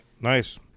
nice